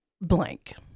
blank